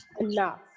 enough